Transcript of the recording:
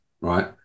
right